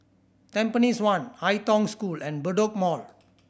Tampines One Ai Tong School and Bedok Mall